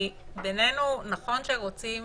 נכון שרוצים